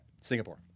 Singapore